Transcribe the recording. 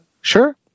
sure